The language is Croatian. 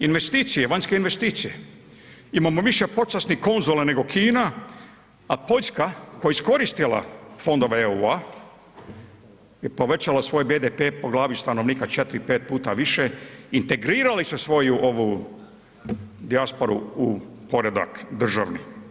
Investicije, vanjske investicije, imamo više počasnih konzula nego Kina, a Poljska koja je iskoristila fondove EU-a i povećala svoj BDP po glavi stanovnika 4-5 puta više, integrirali su svoju ovu dijasporu u poredak državni.